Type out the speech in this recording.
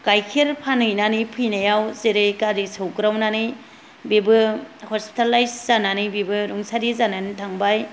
गाइखेर फानहैनानै फैनायाव जेरै गारि सौग्रावनानै बेबो हसपितालायज जानानै बिबो रुंसारि जानानै थांबाय